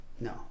No